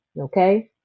okay